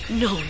no